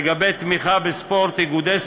לגבי תמיכה בספורט,